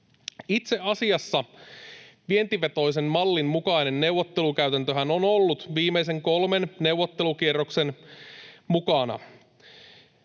Itse asiassa vientivetoisen mallin mukainen neuvottelukäytäntöhän on ollut viimeisen kolmen neuvottelukierroksen mukana